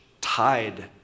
tied